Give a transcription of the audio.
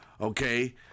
Okay